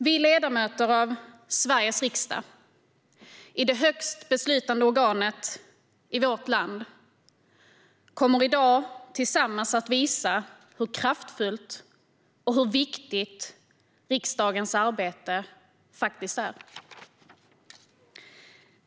Vi ledamöter av Sveriges riksdag, i det högsta beslutande organet i vårt land, kommer i dag att tillsammans visa hur kraftfullt och viktigt riksdagens arbete faktiskt är.